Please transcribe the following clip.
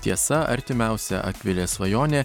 tiesa artimiausia akvile svajonė